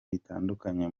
bitandukanye